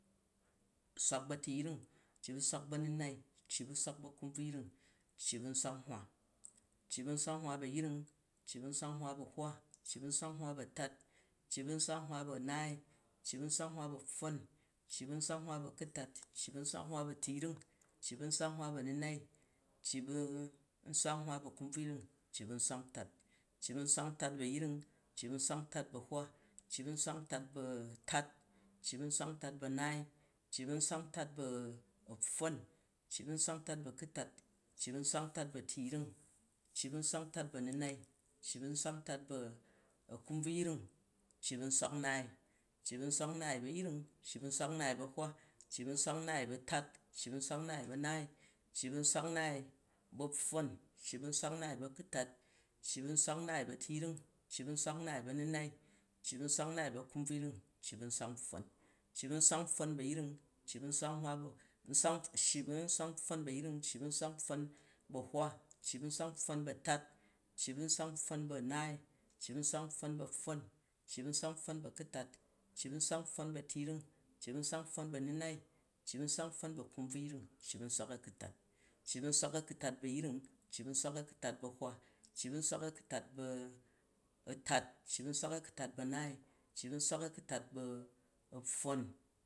Swak bu a̱tu̱yring, cci bu swak bu a̱nu̱nai, cci bu swak bu a̱kumbvuyring, cci bu nswak-nhwa, cci bu nswak nhwa bu a̱yring, cci bu nswak nhwa bu a̱hwa, cci bu nswak nhwa bu atat, cci bu nswak nhwa bu a̱naai, cci bu nswak nhwa bu a̱pfon, cci bu nswak nhwa bu a̱ku̱tat, cci bu nswak nhwa bu a̱tu̱yring, cci bu nswak nhwa bu a̱nu̱nai, cci bu nswak nhwa bu a̱kumbvyring, cci bu nswak ntat, cci bu nswak ntat bu a̱yring, cci bu nswak ntat bu a̱hwa, cci bu nswak ntat bu a̱tat, cci bu nswak ntat bu anaai, cci bu nswak ntat bu a̱pfon, cci bu nswak ntat bu akutat, cci bu nswak ntat bu atu̱yring, cci bu nswak ntat bu a̱nu̱nai, cci bu nswak ntat bu a̱kumbvuyring, cci bu nswak nnaai, cci bu nswak-nnaai bu a̱yring cci bu nswak-nnaai bu a̱hwa, cci bu nswak-nnaai bu atat, cci bu nswak-nnaai bu a̱pfon, cci bu nswak-nnaai bu a̱ku̱tat, cci bu nswak-nnaai bu atu̱yring, cci bu nswak-nnaai bu a̱nunai, cci bu nswak-nnaai bu a̱kumbvuyring, cci bu nswak npfon, cci bu nswak-npfon bu ayring, cci bu nswak-npfon bu a̱hwa, cci bu nswak-npfon bu a̱hwa, cci bu nswak-npfon bu a̱tat, cci bu nswak-npfon bu a̱pfon, cci bu nswak-npfon bu a̱ku̱tat, cci bu nswak-npfon bu a̱tu̱yring, cci bu nswak-npfon bu a̱nu̱nai, cci bu nswak-npfon bu a̱kumbvuyring, cci bu nswak a̱ku̱tat, cci bu nswak-a̱ku̱tat bu a̱yring, cci bu nswak-a̱ku̱tat bu a̱hwa, cci bu nswak-a̱ku̱tat bu a̱tat, cci bu nswak-a̱ku̱tat bu anaai, cci bu nswak-a̱ku̱tat bu a̱pfon